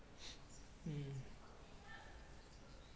mm